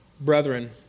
Brethren